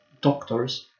doctors